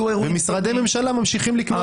ומשרדי ממשלה ממשיכים לקנות מהם.